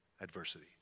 adversity